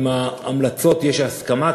על ההמלצות יש הסכמה,